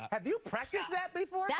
have you practiced that before? yeah